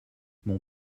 mon